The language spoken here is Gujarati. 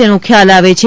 તેનો ખ્યાલ આવે છે